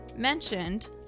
mentioned